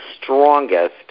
strongest